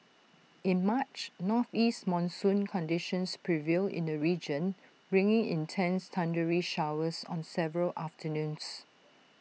in March northeast monsoon conditions prevailed in the region bringing intense thundery showers on several afternoons